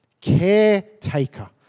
caretaker